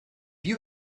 you